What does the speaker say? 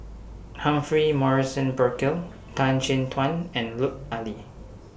Humphrey Morrison Burkill Tan Chin Tuan and Lut Ali